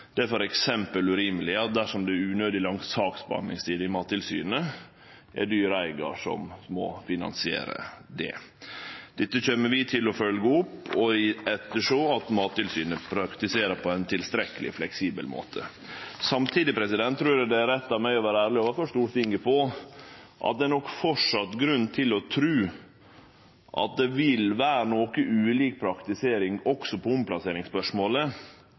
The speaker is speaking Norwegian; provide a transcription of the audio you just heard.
Det er f.eks. urimeleg at dersom det er unødig lang saksbehandlingstid i Mattilsynet, er det dyreeigaren som må finansiere det. Dette kjem vi til å følgje opp og ettersjå at Mattilsynet praktiserer på ein tilstrekkeleg fleksibel måte. Samtidig trur eg det er rett av meg å vere ærleg overfor Stortinget på at det nok framleis er grunn til å tru at det vil vere noko ulik praktisering i omplasseringsspørsmålet